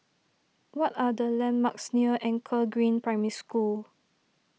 what are the landmarks near Anchor Green Primary School